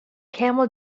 camel